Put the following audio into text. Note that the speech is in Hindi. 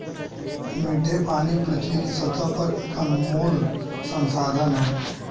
मीठे पानी पृथ्वी की सतह पर एक अनमोल संसाधन है